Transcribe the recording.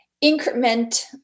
increment